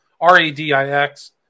R-A-D-I-X